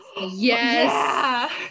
Yes